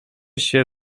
się